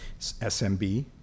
SMB